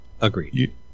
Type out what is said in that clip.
Agreed